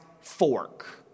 fork